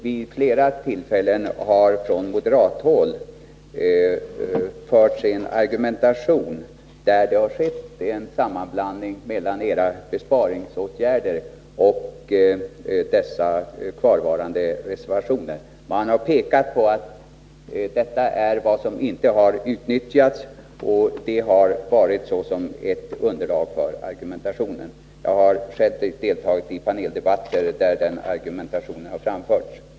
Vid flera tillfällen har från moderat håll förts en argumentation som byggt på en sammanblandning mellan era besparingsåtgärder och kvarvarande reservationer. Man har pekat på att detta är vad som inte har utnyttjats och använt det som ett underlag för argumentationen om besparingar. Jag har själv deltagit i paneldebatter där denna argumentation förts.